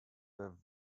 were